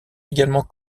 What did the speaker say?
également